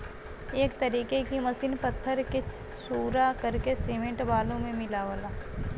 एक तरीके की मसीन पत्थर के सूरा करके सिमेंट बालू मे मिलावला